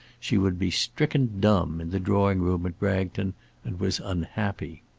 she would be stricken dumb in the drawing-room at bragton and was unhappy.